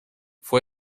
fue